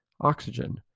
oxygen